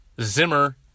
Zimmer